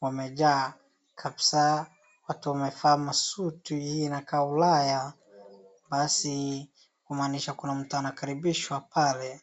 wamejaa kabisa. Watu wamevaa masuti inakaa ulaya. Basi kumanisha kuna mtu ana karibishwa pale.